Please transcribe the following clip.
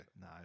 no